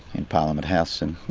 in parliament house in